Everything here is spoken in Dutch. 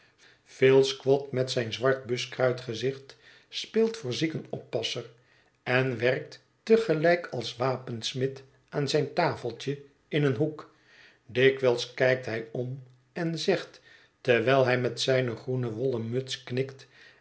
phil squod met zijn zwart buskruit gezicht speelt voor ziekenoppasser en werkt te gelijk als wapensmid aan zijn tafeltje in een hoek dikwijls kijkt hij om en zegt terwijl hij met zijne groene wollen muts knikt